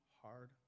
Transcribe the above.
hard